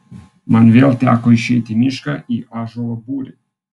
man vėl teko išeiti į mišką į ąžuolo būrį